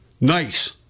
nice